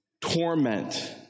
torment